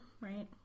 right